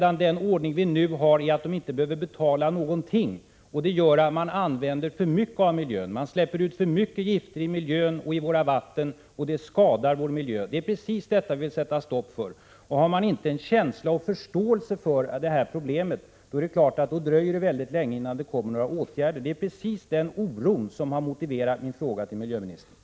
Den ordning som vi nu har innebär att de inte behöver betala någonting. Detta gör att företagen använder för mycket av miljön, släpper ut för mycket gifter i miljön och våra vatten, och det skadar vår miljö. Det är precis detta som vi vill sätta stopp för. Har man inte känsla och förståelse för detta problem är det klart att det kommer att dröja mycket länge innan det vidtas några åtgärder. Det är den oron som har motiverat min fråga till miljöministern.